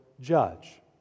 judge